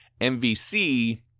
MVC